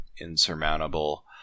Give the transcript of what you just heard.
insurmountable